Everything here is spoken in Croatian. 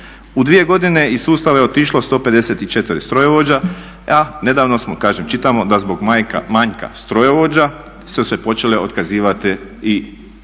U dvije godine iz sustava je otišlo 154 strojovođa, a nedavno smo, kažem čitamo da zbog manjka strojovođa su se počele otkazivati i linije.